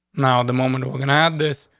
now, the moment we're gonna have this,